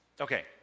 Okay